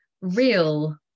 real